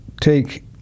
take